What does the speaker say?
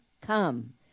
come